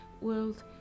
world